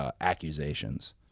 accusations